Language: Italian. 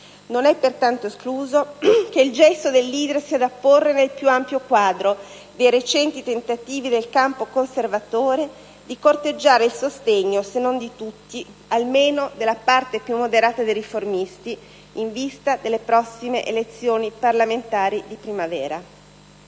Non è pertanto escluso che il gesto del leader sia da porre nel più ampio quadro dei recenti tentativi del campo conservatore di corteggiare il sostegno, se non di tutti, almeno della parte più moderata dei riformisti, in vista delle prossime elezioni parlamentari di primavera.